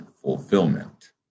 fulfillment